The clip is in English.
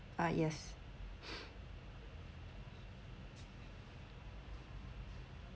ah yes